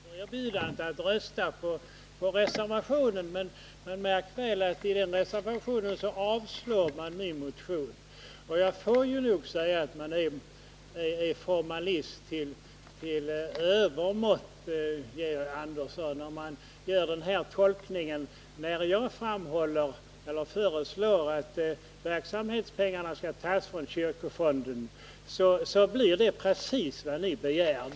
Herr talman! Jag tackar för erbjudandet att rösta på reservationen. Men märk väl: i den reservationen avstyrks min motion. Och jag får nog säga att man är formalist till övermått, Georg Andersson, om man gör den tolkning som vi fick höra. Jag föreslår att pengar till verksamheten skall tas från kyrkofonden, och det blir precis vad ni begär.